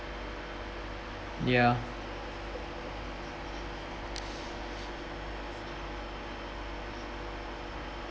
ya